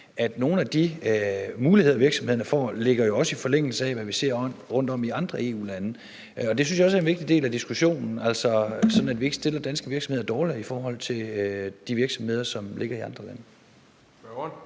altså nogle af de muligheder, som virksomhederne får, som jo også ligger i forlængelse af, hvad vi ser rundtom i andre EU-lande. Det synes jeg også er en vigtig del af diskussionen, sådan at vi ikke stiller danske virksomheder dårligere i forhold til de virksomheder, som ligger i andre lande.